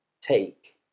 Take